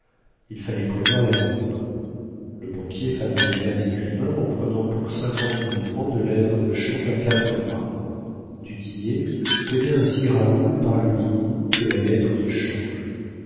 il fallait prévoir l'avenir le banquier favorisa l'écrivain en prenant pour cinquante mille francs de lettres de change à quatre mois du tillet tenait ainsi raoul par le licou de la lettre de change